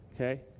okay